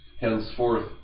henceforth